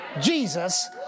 Jesus